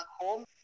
home